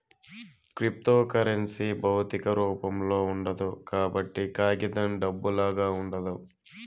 cryptocurrency భౌతిక రూపంలో ఉండదు కాబట్టి కాగితం డబ్బులాగా ఉండదు